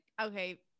okay